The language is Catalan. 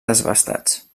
desbastats